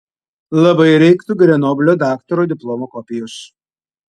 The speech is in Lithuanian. labai reiktų grenoblio daktaro diplomo kopijos